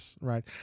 right